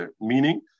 meaning